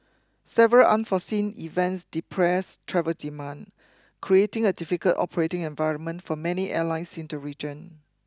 several unforeseen events depressed travel demand creating a difficult operating environment for many airlines in the region